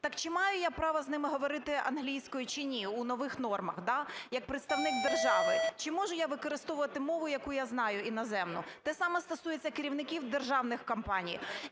Так чи маю я право з ними говорити англійською, чи ні, у нових нормах як представник держави? Чи можу я використовувати мову, яку я знаю, іноземну? Те саме стосується керівників державних компаній.